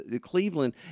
Cleveland